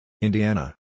Indiana